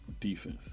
defense